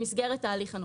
במסגרת ההליך הנוכחי,